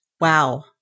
Wow